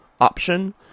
option